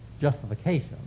justification